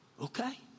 Okay